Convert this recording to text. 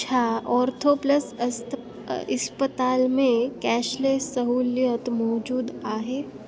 छा ओर्थोप्लस अस्प्ताल इस्पताल में कैशलेस सहूलियत मौज़ूदु आहे